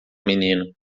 menino